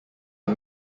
are